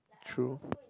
true